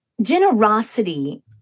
Generosity